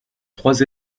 trois